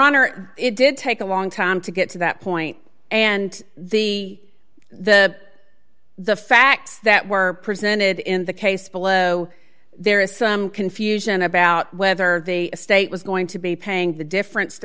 honor it did take a long time to get to that point and the the the facts that were presented in the case below there is some confusion about whether a state was going to be paying the difference to